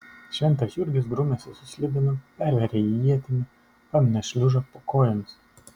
šventas jurgis grumiasi su slibinu perveria jį ietimi pamina šliužą po kojomis